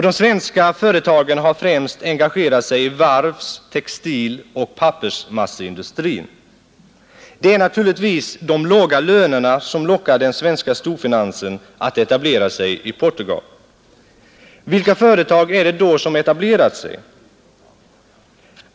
De svenska företagen har främst engagerat sig i varvs-, textiloch pappersmasseindustrin. Det är naturligtvis de låga lönerna som lockar den svenska storfinansen att etablera sig i Portugal. Vilka företag är det som etablerat sig i Portugal?